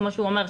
כמו שהוא אומר,